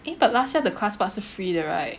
eh but last year the class part 是 free 的 right